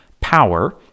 power